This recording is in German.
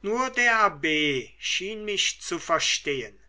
nur der abb schien mich zu verstehen